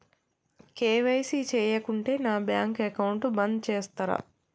KYC చేయకుంటే నా bank account బంద్ చేస్తరా?